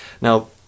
Now